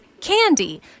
candy